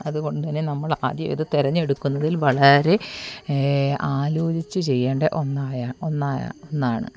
അത്കൊണ്ട് തന്നെ നമ്മൾ ആ ജീവിതം തെരഞ്ഞെടുക്കുന്നതിൽ വളരെ ആലോചിച്ച് ചെയ്യേണ്ട ഒന്നായ ഒന്ന് ഒന്നാണ്